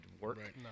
work